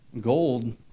Gold